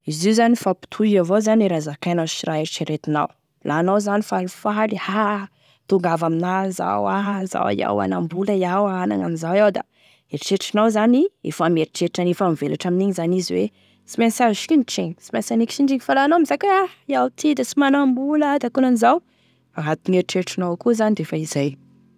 Izy io zany mifampitohy avao e raha zakainao sy e raha eritreretinao, la anao zany falifaly, a mitongava amina izao a izao iaho hanambola iaho hanana anizao iaho da eritreretrinao zany efa mieritreritra an'igny efa mivelatry amin'igny defa hoe sy mainsy azo sinitry igny sy maintsy haniko sinitry igny fa la anao mizaka hoe la iaho ty da sy manambola da akonan'izao, agnatine eritreretrinao avao koa zany defa izay.